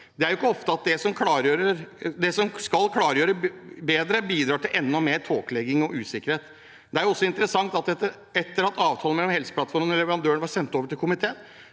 Det er ikke ofte at det som skal klargjøre bedre, bidrar til enda mer tåkelegging og usikkerhet. Det er også interessant at etter at avtalen mellom Helseplattformen og leverandøren var sendt over til komiteen,